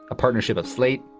a partnership of slate,